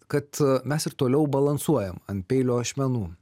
kad mes ir toliau balansuojam ant peilio ašmenų